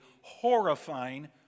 horrifying